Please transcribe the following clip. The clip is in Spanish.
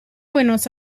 buenos